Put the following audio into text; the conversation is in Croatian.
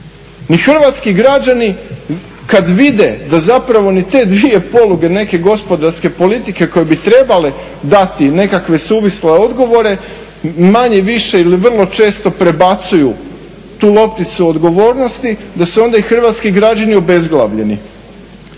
ni hrvatski građani kada vide da zapravo ni te dvije poluge neke gospodarske politike koje bi trebale dati nekakve suvisle odgovore manje-više ili vrlo često prebacuju tu lopticu odgovornosti da su onda i hrvatski građani obezglavljeni.